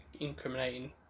incriminating